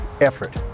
effort